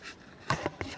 ah not happy ah